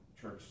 church